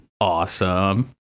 Awesome